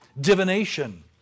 divination